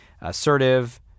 assertive